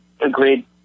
agreed